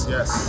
Yes